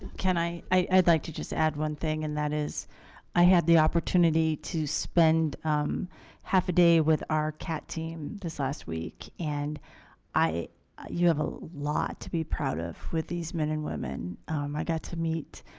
can i i'd like to just add one thing and that is i had the opportunity to spend half a day with our cat team this last week and i you have a lot to be proud of with these men and women um i got to meet